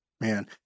Man